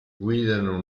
guidano